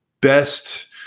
best